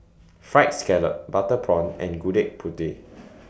Fried Scallop Butter Prawn and Gudeg Putih